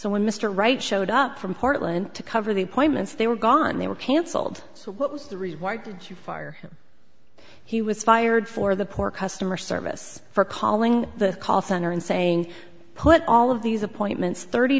so when mr wright showed up from portland to cover the points they were gone they were cancelled so what was the reason why did you fire him he was fired for the poor customer service for calling the call center and saying put all of these appointments thirty